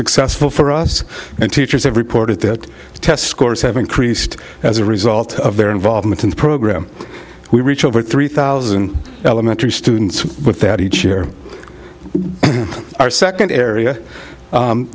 successful for us and teachers have reported that the test scores have increased as a result of their involvement in the program we reach over three thousand elementary students with that each year our second area